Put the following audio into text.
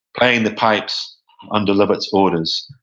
playing the pipes under lovat's orders.